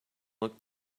looked